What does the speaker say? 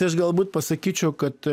tai aš galbūt pasakyčiau kad